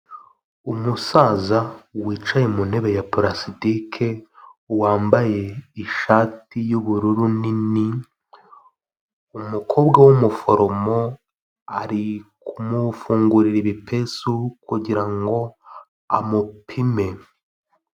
Umusaza wicaye mu ntebe ya pulasitike wambaye ishati y’ubururu nini, umukobwa w’umuforomo ari kumufungurira ibipesu kugira ngo amupime.